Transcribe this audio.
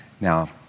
Now